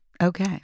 okay